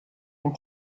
and